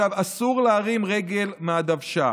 אסור להרים רגל מהדוושה.